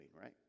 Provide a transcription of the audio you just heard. right